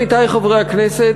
עמיתי חברי הכנסת,